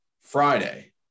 Friday